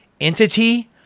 entity